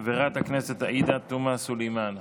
חברת הכנסת עאידה תומא סלימאן,